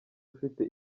ufite